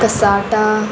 कसटा